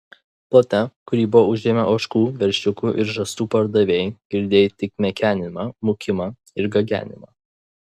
plote kurį buvo užėmę ožkų veršiukų ir žąsų pardavėjai girdėjai tik mekenimą mūkimą ir gagenimą